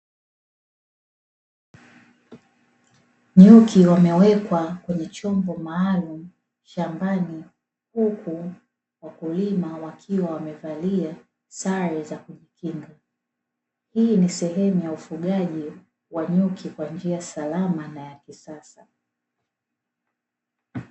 Nyuki wamewekwa kwenye chombo maalumu shambani, huku wakulima wakiwa wamevalia sare za kupima. Hii ni sehemu ya ufugaji wa nyuki kwa njia salama na ya kisasa.